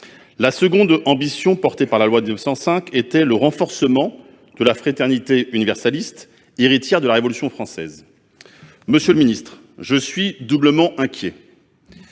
La seconde ambition portée par la loi de 1905 était le renforcement de la fraternité universaliste, héritière de la Révolution française. Monsieur le ministre, je suis doublement inquiet.